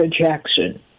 Jackson